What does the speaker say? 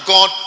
God